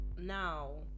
Now